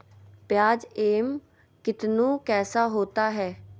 प्याज एम कितनु कैसा होता है?